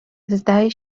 zdaje